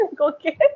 Okay